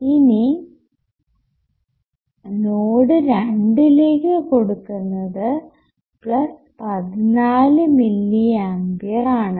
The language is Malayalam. ഇനി നോഡ് രണ്ടിലേക്കു കൊടുക്കുന്നത് പ്ലസ് 14 മില്ലി ആംപിയർ ആണ്